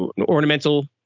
ornamental